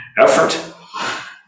effort